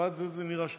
חברת הכנסת נירה שפק.